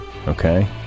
Okay